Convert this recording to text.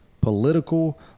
political